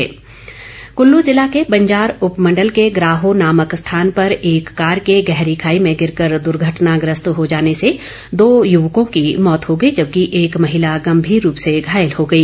दुर्घटना कुल्लू जिला के बंजार उपमण्डल के ग्राहो नामक स्थान पर एक कार के गहरी खाई में गिरकर दर्घटनाग्रस्त हो जाने से दो यवकों की मौत हो गई जबकि एक महिला गम्मीर रूप से घायल हो गई